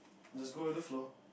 just go with the flow